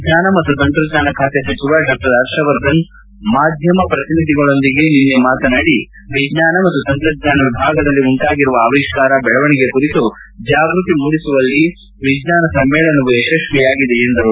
ವಿಜ್ಞಾನ ಮತ್ತು ತಂತ್ರಜ್ಞಾನ ಖಾತೆ ಸಚಿವ ಡಾ ಹರ್ಷವರ್ಧನ್ ಮಾಧ್ವಮ ಪ್ರತಿನಿಧಿಗಳೊಂದಿಗೆ ನಿನ್ನೆ ಮಾತನಾಡಿ ವಿಜ್ಞಾನ ಮತ್ತು ತಂತ್ರಜ್ಞಾನ ವಿಭಾಗದಲ್ಲಿ ಉಂಟಾಗಿರುವ ಆವಿಷ್ಕಾರ ಬೆಳವಣಿಗೆ ಕುರಿತು ಜಾಗೃತಿ ಮೂಡಿಸುವಲ್ಲಿ ವಿಜ್ಞಾನ ಸಮ್ನೇಳನವು ಯಶಸ್ತಿಯಾಗಿದೆ ಎಂದು ತಿಳಿಸಿದರು